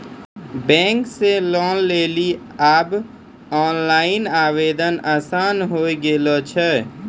bank से loan लेली आब ओनलाइन आवेदन आसान होय गेलो छै